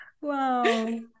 Wow